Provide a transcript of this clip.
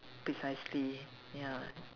precisely ya